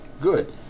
good